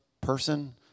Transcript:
person